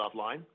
offline